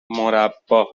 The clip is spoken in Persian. مربّا